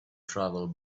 travel